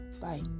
Bye